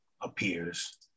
appears